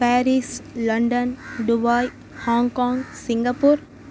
Paris London Dubai Hong Kong Singapore